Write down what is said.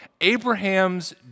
Abraham's